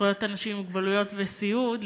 זכויות אנשים עם מוגבלויות וסיעוד לקשישים,